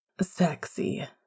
sexy